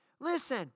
Listen